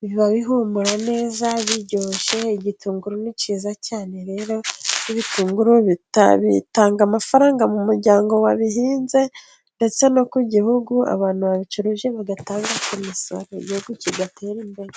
biba bihumura neza biryoshye, igitunguru ni cyiza cyane rero ibitunguru bitanga amafaranga mu muryango wabihinze ndetse no ku igihugu abantu babicuruje bagatanga ku musaruro igihugu kigatera imbere.